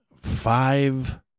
five